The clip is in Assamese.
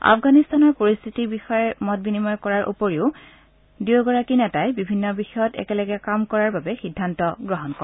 আফগানিস্তানৰ পৰিস্থিতিৰ বিষয়ে মতবিনিময় কৰাৰ উপৰি দুয়োজন নেতাই বিভিন্ন বিষয়ত একেলগে কাম কৰাৰ বাবে সিদ্ধান্ত গ্ৰহণ কৰে